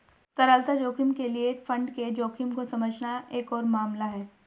तरलता जोखिम के लिए एक फंड के जोखिम को समझना एक और मामला है